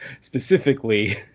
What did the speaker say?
specifically